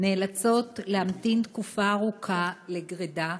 נאלצות להמתין תקופה ארוכה לגרידה,